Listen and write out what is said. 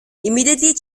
immediately